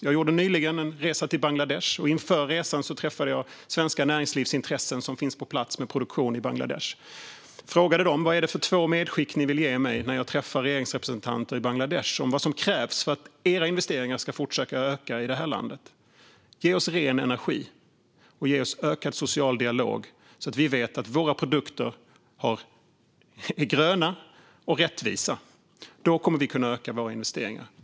Jag gjorde nyligen en resa till Bangladesh, och inför resan träffade jag svenska näringslivsintressen som finns på plats med produktion i Bangladesh. Jag frågade dem: Vad är det för två medskick ni vill ge mig när jag träffar regeringsrepresentanter i Bangladesh för vad som krävs för att era investeringar ska fortsätta att öka i det här landet? De svarade: Ge oss ren energi, och ge oss ökad social dialog så att vi vet att våra produkter är gröna och rättvisa! Då kommer vi att kunna öka våra investeringar.